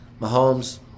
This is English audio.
Mahomes